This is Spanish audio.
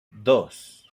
dos